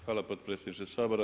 Hvala potpredsjedniče Sabora.